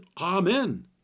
Amen